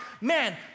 man